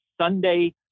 Sunday